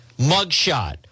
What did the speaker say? mugshot